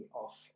off